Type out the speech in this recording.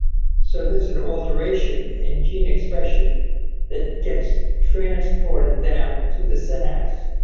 so there's an alteration in gene expression that gets transported down to the synapse,